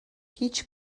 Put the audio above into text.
هیچ